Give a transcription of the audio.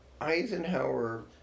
Eisenhower